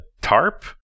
tarp